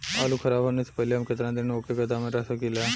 आलूखराब होने से पहले हम केतना दिन वोके गोदाम में रख सकिला?